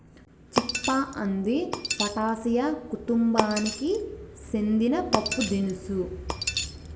చిక్ పా అంది ఫాటాసియా కుతుంబానికి సెందిన పప్పుదినుసు